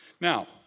Now